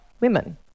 women